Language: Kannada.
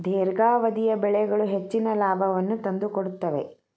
ದೇರ್ಘಾವಧಿಯ ಬೆಳೆಗಳು ಹೆಚ್ಚಿನ ಲಾಭವನ್ನು ತಂದುಕೊಡುತ್ತವೆ